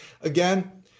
Again